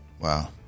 Wow